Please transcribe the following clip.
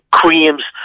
creams